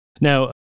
Now